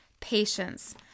patience